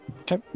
Okay